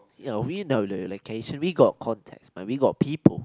ya we know the location we got contacts man we got people